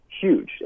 huge